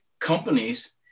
companies